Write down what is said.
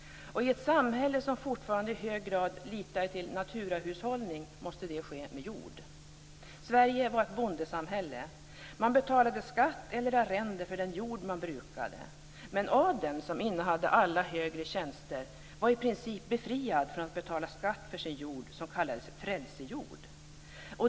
I ett samhälle som fortfarande i hög grad litade till naturahushållning måste det ske med jord. Sverige var ett bondesamhälle. Man betalade skatt eller arrende för den jord man brukade. Men adeln, som innehade alla högre tjänster, var i princip befriad från att betala skatt för sin jord, s.k. frälsejord.